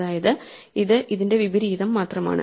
അതായത് ഇത് ഇതിന്റെ വിപരീതം മാത്രമാണ്